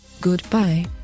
Goodbye